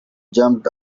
jumped